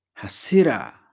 Hasira